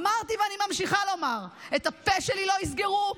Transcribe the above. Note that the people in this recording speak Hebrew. אמרתי ואני ממשיכה לומר: את הפה שלי לא יסגרו,